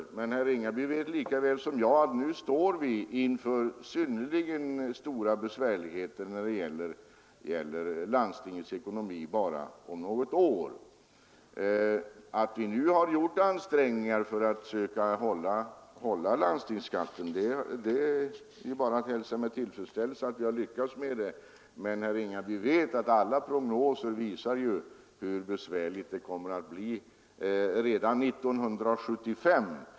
Men herr Ringaby vet lika väl som jag att vi bara om något år får stora svårigheter när det gäller landstingets ekonomi. Att vi nu har gjort ansträngningar för att försöka hålla landstingsskatten nere är bara att hälsa med tillfredsställelse, men alla prognoser visar hur svårt det kommer att bli redan 1975.